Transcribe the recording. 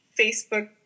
Facebook